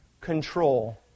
control